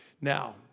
Now